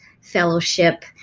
fellowship